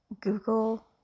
google